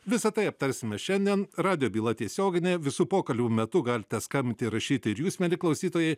visa tai aptarsime šiandien radijo byla tiesioginė visų pokalbių metu galite skambinti rašyti ir jūs mieli klausytojai